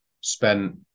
spent